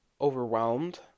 overwhelmed